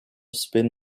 spin